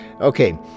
Okay